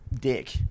dick